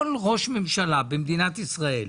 כל ראש ממשלה במדינת ישראל,